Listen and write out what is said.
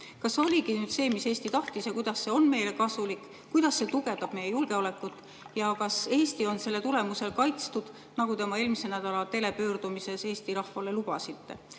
see oligi see, mis Eesti tahtis, ja kuidas see on meile kasulik? Kuidas see tugevdab meie julgeolekut ja kas Eesti on selle tulemusel kaitstud, nagu te oma eelmise nädala telepöördumises Eesti rahvale lubasite?